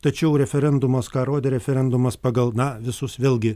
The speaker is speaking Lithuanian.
tačiau referendumas ką rodė referendumas pagal na visus vėlgi